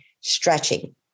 stretching